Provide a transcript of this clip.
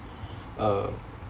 uh